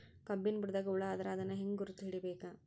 ಕಬ್ಬಿನ್ ಬುಡದಾಗ ಹುಳ ಆದರ ಅದನ್ ಹೆಂಗ್ ಗುರುತ ಹಿಡಿಬೇಕ?